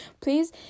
Please